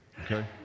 okay